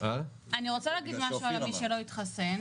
אני רוצה להגיד משהו לגבי מי שלא התחסן,